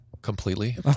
Completely